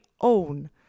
own